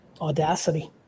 audacity